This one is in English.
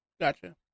Gotcha